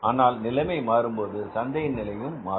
ஆனால் நிலைமை மாறும் போது சந்தையின் நிலைமையும் மாறும்